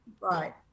Right